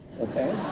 okay